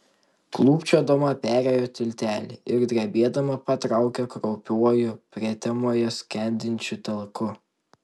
klūpčiodama perėjo tiltelį ir drebėdama patraukė kraupiuoju prietemoje skendinčiu taku